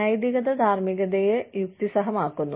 നൈതികത ധാർമ്മികതയെ യുക്തിസഹമാക്കുന്നു